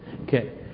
Okay